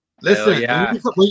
Listen